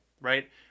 right